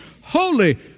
Holy